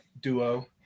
duo